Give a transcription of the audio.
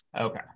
Okay